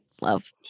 love